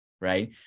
right